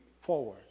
forward